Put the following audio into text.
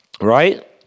right